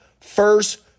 first